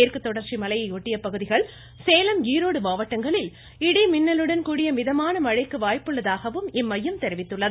மேற்கு தொடர்ச்சி மலையையொட்டிய பகுதிகள் சேலம் ஈரோடு மாவட்டங்களில் இடி மின்னலுடன் கூடிய மிதமான மழைக்கு வாய்ப்புள்ளதாகவும் இம்மையம் தெரிவித்துள்ளது